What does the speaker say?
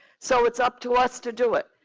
so it's up to us to do it.